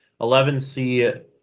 11C